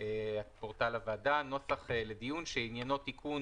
בפורטל הוועדה נוסח לדיון שעניינו תיקון